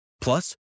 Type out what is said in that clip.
Plus